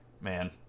man